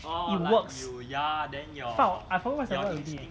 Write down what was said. it works it's part of I forgot what's that word already